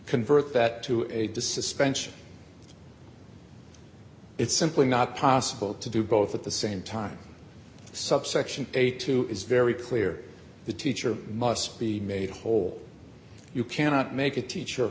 convert that to a discipline it's simply not possible to do both at the same time subsection eight to is very clear the teacher must be made whole you cannot make a teacher